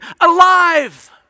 alive